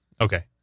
Okay